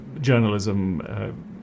journalism